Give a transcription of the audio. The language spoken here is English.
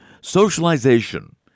socialization